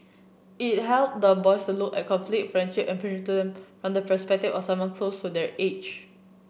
it help the boys look at conflict friendship and prejudice from the perspective of someone close to their age